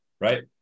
right